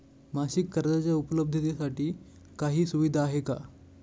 मासिक कर्जाच्या उपलब्धतेसाठी काही सुविधा आहे का?